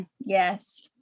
yes